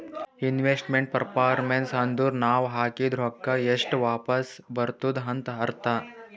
investment performance ಅಂದುರ್ ನಾವ್ ಹಾಕಿದ್ ರೊಕ್ಕಾ ಎಷ್ಟ ವಾಪಿಸ್ ಬರ್ತುದ್ ಅಂತ್ ಅರ್ಥಾ